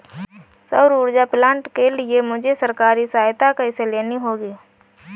सौर ऊर्जा प्लांट के लिए मुझे सरकारी सहायता कैसे लेनी होगी?